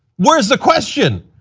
where is the question?